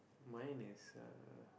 mine is a